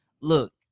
Look